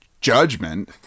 judgment